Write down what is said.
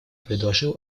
предложил